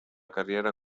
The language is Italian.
carriera